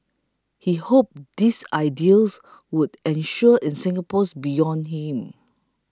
he hoped these ideals would endure in Singapore's beyond him